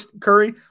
Curry